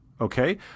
Okay